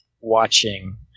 watching